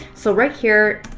so right here,